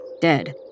dead